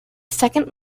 second